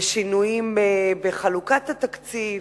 בשינויים בחלוקת התקציב,